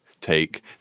take